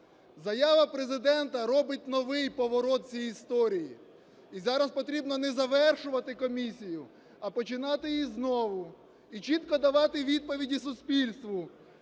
Заява Президента робить новий поворот в цій історії. І зараз потрібно не завершувати комісію, а починати її знову і чітко давати відповіді суспільству,